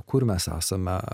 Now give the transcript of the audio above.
kur mes esame